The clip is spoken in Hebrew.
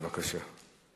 בבקשה.